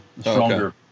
Stronger